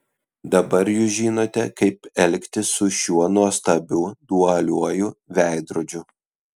dabar jūs žinote kaip elgtis su šiuo nuostabiu dualiuoju veidrodžiu